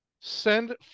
Send